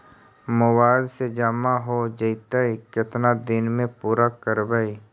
Mobile से जामा हो जैतय, केतना दिन में पुरा करबैय?